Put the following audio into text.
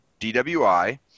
DWI